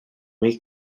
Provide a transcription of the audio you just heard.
make